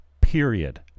Period